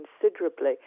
considerably